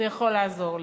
זה יכול לעזור לי'."